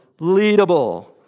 Leadable